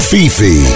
Fifi